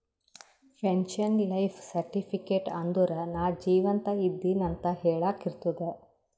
pension life certificate ಅಂದುರ್ ನಾ ಜೀವಂತ ಇದ್ದಿನ್ ಅಂತ ಹೆಳಾಕ್ ಇರ್ತುದ್